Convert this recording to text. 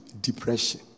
depression